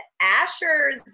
Asher's